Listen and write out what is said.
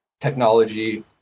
technology